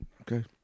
Okay